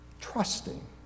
trusting